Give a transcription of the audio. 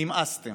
נמאסתם.